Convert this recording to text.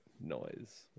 noise